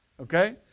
Okay